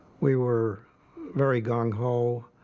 we were very gung-ho.